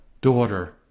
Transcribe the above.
Daughter